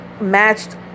matched